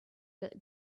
that